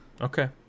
Okay